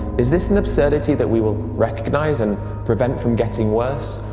is this an absurdity that we will recognize and prevent from getting worse,